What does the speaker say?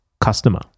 customer